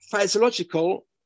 physiological